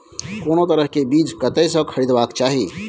कोनो तरह के बीज कतय स खरीदबाक चाही?